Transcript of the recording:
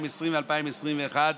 2020 2021),